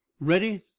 ready